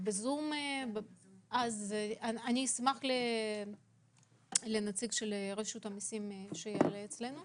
אני אשמח שנציג מרשות המסים יענה על זה.